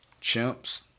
Chimps